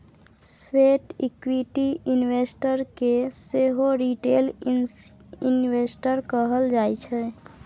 sweat equity investor केँ सेहो retail investor कहल जाइ छै